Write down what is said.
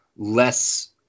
less